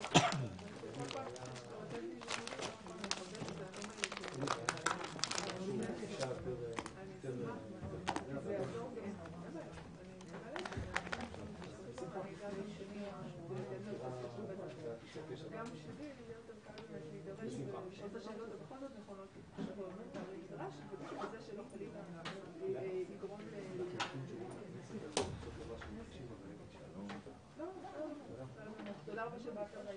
13:02.